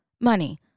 money